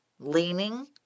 Leaning